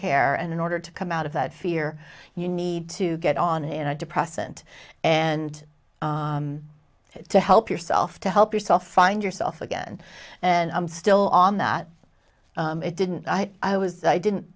care and in order to come out of that fear you need to get on in a depressant and to help yourself to help yourself find yourself again and i'm still on that it didn't i was i didn't